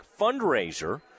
Fundraiser